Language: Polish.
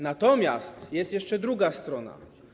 Natomiast jest jeszcze druga strona.